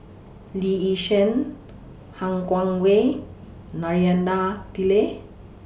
Lee Yi Shyan Han Guangwei Naraina Pillai